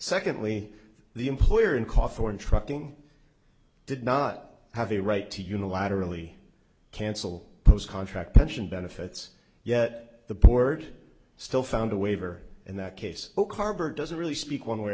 secondly the employer and call for an trucking did not have a right to unilaterally cancel those contract pension benefits yet the board still found a waiver in that case oak harbor doesn't really speak one way